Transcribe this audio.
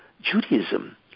Judaism